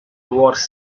works